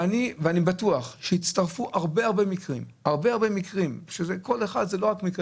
בטוח שיצטרפו הרבה מקרים וכל אחד זה לא רק מקרה